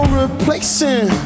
replacing